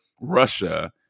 Russia